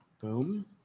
boom